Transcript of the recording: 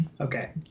Okay